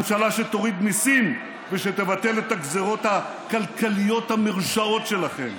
ממשלה שתוריד מיסים ושתבטל את הגזרות הכלכליות המרושעות שלכם,